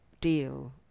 deal